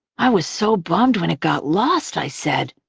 i was so bummed when it got lost, i said.